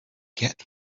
get